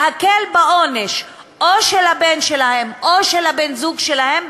להקל בעונש או של הבן שלהן או של בן-הזוג שלהן,